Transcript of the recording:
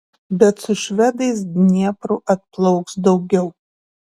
bet su švedais dniepru atplauks daugiau